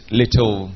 little